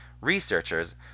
Researchers